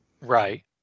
Right